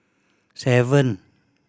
seven